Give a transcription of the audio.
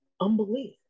Unbelief